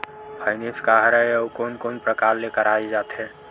Finance का हरय आऊ कोन कोन प्रकार ले कराये जाथे?